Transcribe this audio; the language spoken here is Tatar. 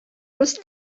рус